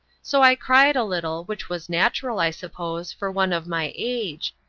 so i cried a little, which was natural, i suppose, for one of my age,